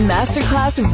Masterclass